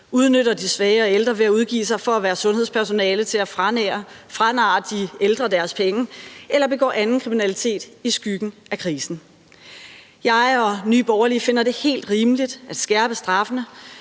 udnytter de svage og ældre ved at udgive sig for at være sundhedspersonale til at franarre de ældre deres penge eller begår anden kriminalitet i skyggen af krisen. Jeg og Nye Borgerlige finder det helt rimeligt at skærpe straffene,